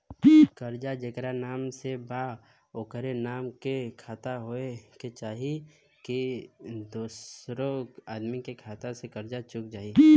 कर्जा जेकरा नाम से बा ओकरे नाम के खाता होए के चाही की दोस्रो आदमी के खाता से कर्जा चुक जाइ?